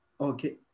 okay